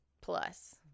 plus